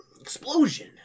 explosion